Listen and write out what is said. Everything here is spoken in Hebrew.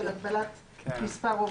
של הגבלת מספר עובדים.